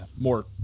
more